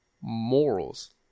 morals